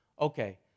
okay